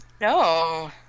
No